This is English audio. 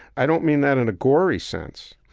i don't mean that in a gory sense.